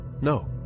No